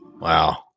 wow